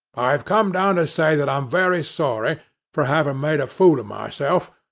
i've come down to say that i'm very sorry for having made a fool of myself,